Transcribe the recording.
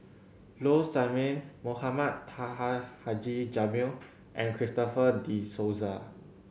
Low Sanmay Mohamed Taha Haji Jamil and Christopher De Souza